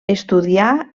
estudià